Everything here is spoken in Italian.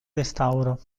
restauro